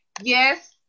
yes